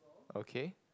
okay